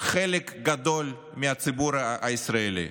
חלק גדול מהציבור הישראלי.